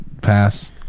pass